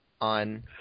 on